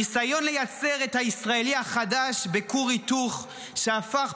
הניסיון לייצר את הישראלי החדש בכור היתוך שהפך